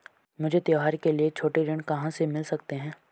मुझे त्योहारों के लिए छोटे ऋृण कहां से मिल सकते हैं?